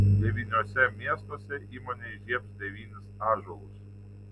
devyniuose miestuose įmonė įžiebs devynis ąžuolus